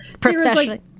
professionally